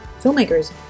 filmmakers